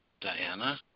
diana